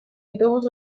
autobus